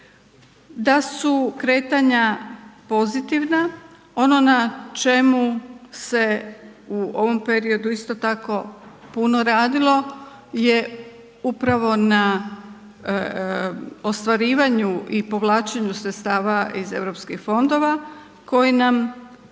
a su kretanja pozitivna ono na čemu se u ovom periodu isto tako puno radilo je upravo na ostvarivanju i povlačenju sredstava iz EU fondova koji nam